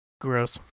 Gross